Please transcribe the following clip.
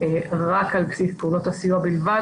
רק על בסיס פעולות הסיוע בלבד,